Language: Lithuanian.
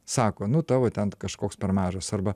sako nu tavo ten kažkoks per mažas arba